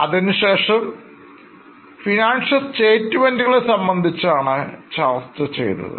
അതിനുശേഷം financial statement കളെ സംബന്ധിച്ചാണ് ചർച്ച ചെയ്തത്